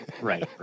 Right